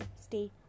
stay